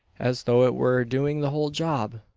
as though it were doing the whole job.